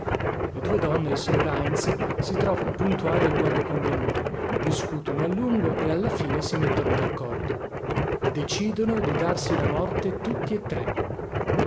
le due donne e il signor heintz si trovano puntuali al luogo convenuto discutono a lungo e alla fine si mettono daccordo decidono di darsi la morte tutti e tre